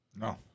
No